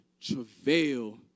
travail